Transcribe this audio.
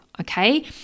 okay